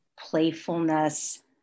playfulness